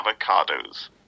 avocados